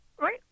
Right